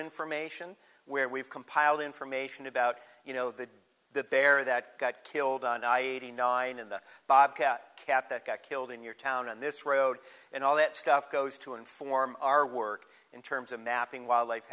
information where we've compiled information about you know the that there that got killed on i eighty nine in the bobcat cap that got killed in your town on this road and all that stuff goes to inform our work in terms of mapping wildlife